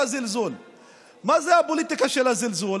מה זה הפוליטיקה של הזלזול?